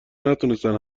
نتونستن